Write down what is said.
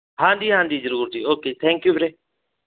ਹਾਂਜੀ ਹਾਂਜੀ ਜ਼ਰੂਰ ਜੀ ਓਕੇ ਥੈਂਕ ਯੂ ਵੀਰੇ